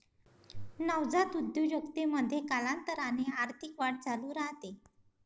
नवजात उद्योजकतेमध्ये, कालांतराने आर्थिक वाढ चालू राहते